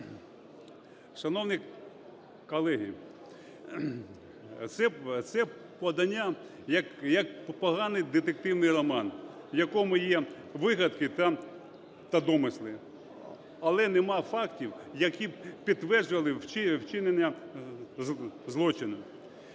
Шановні колеги, це подання, як поганий детективний роман, в якому є вигадки та домисли, але нема фактів, які б підтверджували вчинення злочину.